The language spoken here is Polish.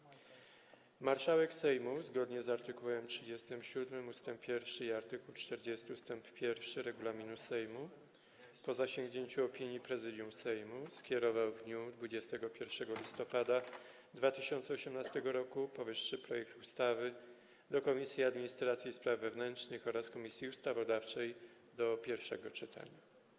Marszałek Sejmu, zgodnie z art. 37 ust. 1 i art. 40 ust. 1 regulaminu Sejmu, po zasięgnięciu opinii Prezydium Sejmu, skierował w dniu 21 listopada 2018 r. powyższy projekt ustawy do Komisji Administracji i Spraw Wewnętrznych oraz Komisji Ustawodawczej do pierwszego czytania.